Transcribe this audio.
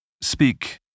Speak